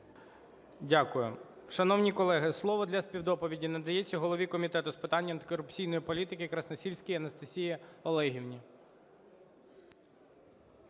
Дякую. Шановні колеги, слово для співдоповіді надається голові Комітету з питань антикорупційної політики Красносільській Анастасії Олегівні.